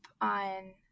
on